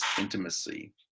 intimacy